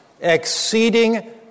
Exceeding